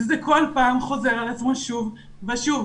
וזה כל פעם חוזר על עצמו שוב ושוב.